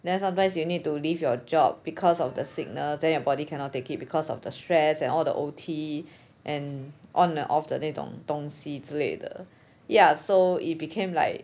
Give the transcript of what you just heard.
then sometimes you need to leave your job because of the sickness then your body cannot take it because of the stress and all the O_T and on and off 的那种东西之类的 ya so it became like